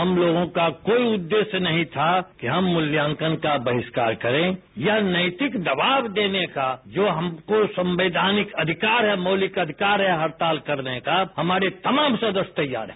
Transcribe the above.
हमलोगों का कोई उददेश्य नहीं था कि हम मूल्यांकन का बहिष्कार करें ये नैतिक दबाव देने का जो हमको संवैधानिक अधिकार है मौलिक अधिकार है हड़ताल करने का हमारे तमाम सदस्य तैयार हैं